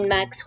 Max